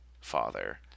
father